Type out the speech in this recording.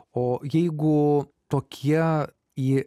o jeigu tokie į